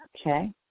Okay